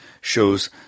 shows